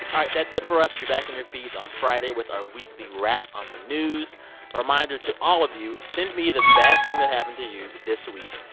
right. that's it for us. we'll be back in your feeds on friday with our weekly wrap on the news. a reminder to all of you send me the best thing that happened to you this week.